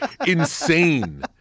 insane